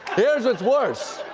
here's what's worse.